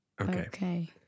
Okay